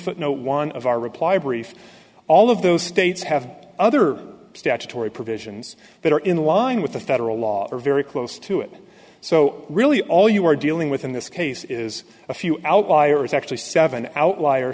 footnote one of our reply brief all of those states have other statutory provisions that are in line with the federal law or very close to it so really all you are dealing with in this case is a few outliers actually seven outl